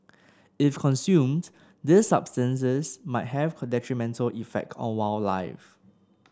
if consumed these substances might have detrimental effect on wildlife